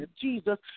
jesus